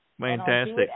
Fantastic